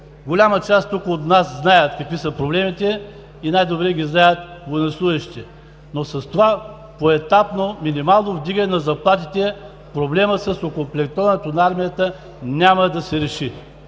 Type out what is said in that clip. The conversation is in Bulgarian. Голяма част от нас тук знаят какви са проблемите, а най-добре ги знаят военнослужещите. С това поетапно минимално вдигане на заплатите обаче проблемът с окомплектоването на армията няма да се реши.